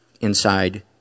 inside